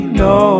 no